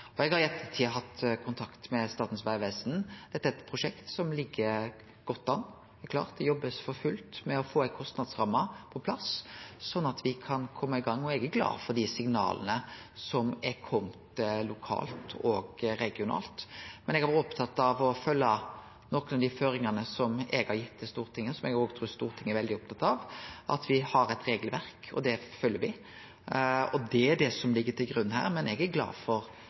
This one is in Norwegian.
hatt kontakt med Statens vegvesen. Dette er eit prosjekt som ligg godt an. Det er klart at det blir jobba for fullt med å få ei kostnadsramme på plass, slik at me kan kome i gang. Eg er glad for dei signala som er komne lokalt og regionalt, men eg har vore opptatt av å følgje nokre av dei føringane som eg har gitt til Stortinget, og som eg òg trur Stortinget er veldig opptatt av: Me har eit regelverk, og det følgjer me. Det er det som ligg til grunn her. Men eg er glad for den løysinga me sluttar oss til i denne saka. Takk for